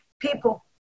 people